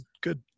good